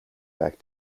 back